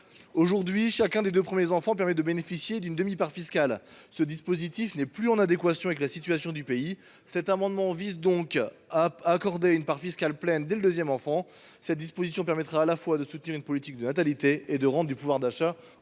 Aujourd’hui, chacun des deux premiers enfants permet de bénéficier d’une demi part fiscale. Ce dispositif n’est plus en adéquation avec la situation du pays. Cet amendement vise donc à accorder une part fiscale pleine dès le deuxième enfant. Son adoption permettrait à la fois de soutenir une politique de natalité et de rendre du pouvoir d’achat